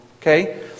Okay